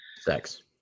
Sex